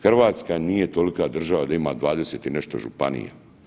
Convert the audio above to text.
Hrvatska nije tolika država da ima 20 i nešto županija.